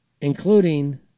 including